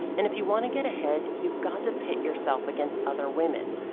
and if you want to get ahead, you've got to pit yourself against other women,